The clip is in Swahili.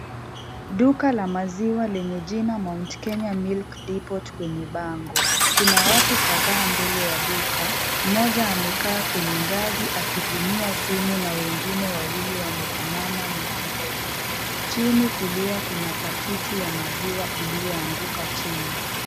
Duka la maziwa, lenye jina Mt Kenya milk depot ,kwenye bango. Kuna watu kadhaa mbele ya duka, mmoja amekaa kwenye ngazi, akitumia simu na wengine wawili wamesimama mlangoni. Chini, kulia kuna pakiti ya maziwa iliyoanguka chini.